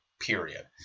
period